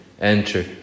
Enter